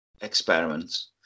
experiments